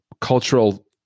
cultural